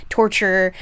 torture